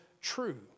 true